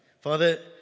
father